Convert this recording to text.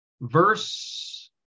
verse